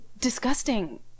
Disgusting